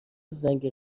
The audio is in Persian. زنگ